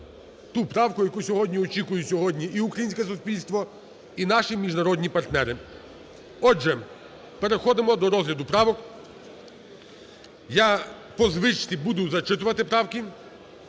ту правку, яку сьогодні очікують сьогодні і українське суспільство, і наші міжнародні партнери. Отже, переходимо до розгляду правок. Я по звичці буду зачитувати правки,